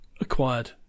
acquired